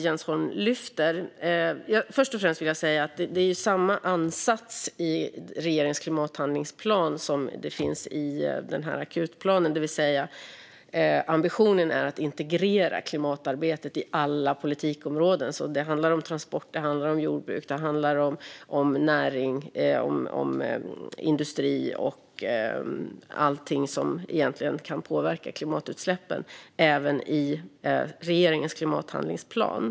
Jag vill först och främst säga att det är samma ansats i regeringens klimathandlingsplan som i den här akutplanen, det vill säga ambitionen är att integrera klimatarbetet i alla politikområden. Det handlar om transport, jordbruk, näring, industri och allting som kan påverka klimatutsläppen även i regeringens klimathandlingsplan.